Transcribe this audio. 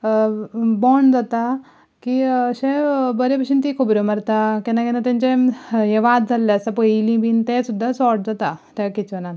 bond जाता की अशें बरे भशेन तीं खबरो मारता केन्ना केन्ना तेंचे वाद जाल्ले आसता पयलीं बी ते सुद्दां सोर्ट जाता त्या किचनांत